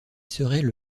seraient